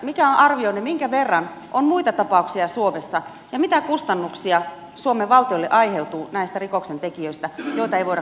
mikä on arvionne minkä verran on muita tapauksia suomessa ja mitä kustannuksia suomen valtiolle aiheutuu näistä rikoksentekijöistä joita ei voida karkottaa maasta